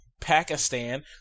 Pakistan